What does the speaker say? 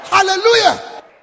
Hallelujah